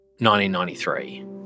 1993